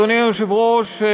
אדוני היושב-ראש,